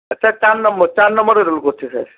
sir চার number চার নম্বরে রোল করছে স্যার